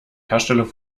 herstellung